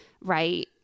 right